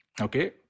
Okay